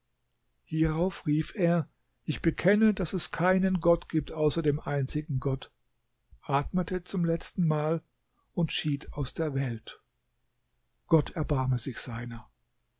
hierauf rief er ich bekenne daß es keinen gott gibt außer dem einzigen gott atmete zum letzten mal und schied aus der welt gott erbarme sich seiner